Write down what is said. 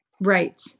right